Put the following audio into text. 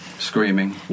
Screaming